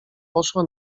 poszła